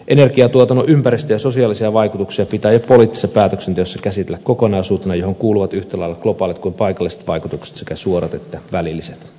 energiantuotannon ympäristö ja sosiaalisia vaikutuksia pitää jo poliittisessa päätöksenteossa käsitellä kokonaisuutena johon kuuluvat yhtä lailla globaalit kuin paikalliset vaikutukset sekä suorat että välilliset